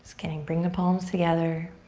kidding. bring the palms together.